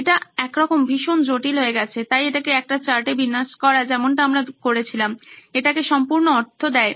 এটা একরকম ভীষণ জটিল হয়ে গেছে তাই এটাকে একটা চার্টে বিন্যাস করা যেমনটা আমরা করেছিলাম এটাকে সম্পূর্ণ অর্থ দেয়